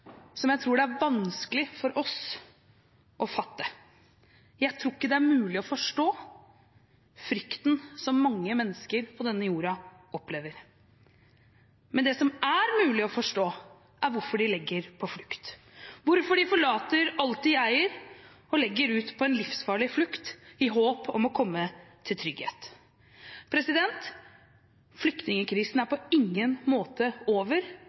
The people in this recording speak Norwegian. som jeg tror det er vanskelig for oss å fatte. Jeg tror ikke det er mulig å forstå frykten som mange mennesker på denne jorden opplever. Men det som er mulig å forstå, er hvorfor de legger på flukt, hvorfor de forlater alt de eier og legger ut på en livsfarlig flukt i håp om å komme til trygghet. Flyktningkrisen er på ingen måte over.